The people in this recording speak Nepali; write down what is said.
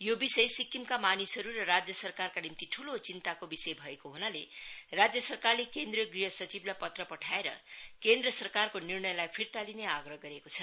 यो विषय सिक्किमका मानिसहरु र राज्य सरकारका निम्ति ठूलो चिन्ताको विषय भएको हुनाले राज्य सरकारले केन्द्रीय गृह सचिवलाई पत्र पठाएर केन्द्र सरकारको निर्णयलाई फिर्ता लिने आग्रह गरेको छ